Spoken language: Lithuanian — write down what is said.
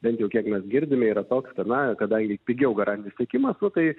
bent jau kiek mes girdime yra toks kad na kadangi pigiau garantinis tiekimas nu tai